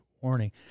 warning